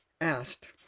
asked